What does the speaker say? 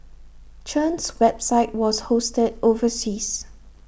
Chen's website was hosted overseas